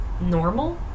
normal